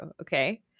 Okay